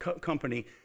company